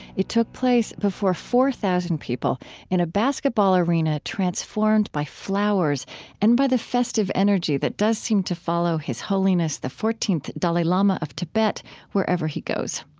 it took place before four thousand people in a basketball arena transformed by flowers and by the festive energy that does seem to follow his holiness the fourteenth dalai lama of tibet wherever he goes.